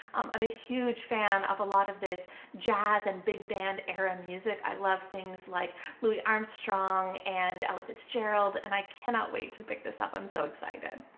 i'm a huge fan of a lot of this jazz and big band era music. i love things like louis armstrong and ella fitzgerald, and i cannot wait to pick this up. i'm so excited.